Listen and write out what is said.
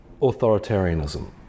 authoritarianism